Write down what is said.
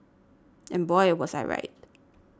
and boy was I right